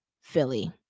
philly